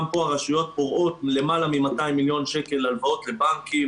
גם פה הרשויות פורעות למעלה מ-200 מיליון שקלים הלוואות לבנקים.